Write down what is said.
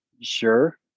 sure